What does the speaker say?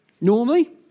Normally